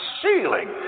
ceiling